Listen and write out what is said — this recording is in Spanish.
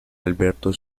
alberto